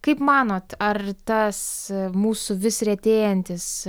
kaip manot ar tas mūsų vis retėjantis